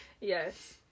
Yes